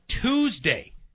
Tuesday